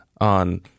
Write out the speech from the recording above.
on